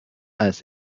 als